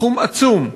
סכום עצום.